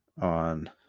on